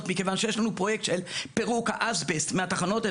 מכיוון שיש לנו פרויקט של פירוק האזבסט מהתחנות,